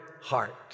heart